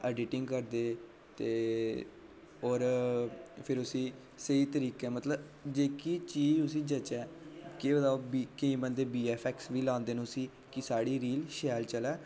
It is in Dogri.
एडिटिंग करदे ते होर फिर उसी स्हेई तरीके दा मतलब जेह्की चीज़ उसी जचै के ओह्दा केईं बंदे वी एफ एक्स बी लांदे न उसी कि साढ़ी रील शैल चलै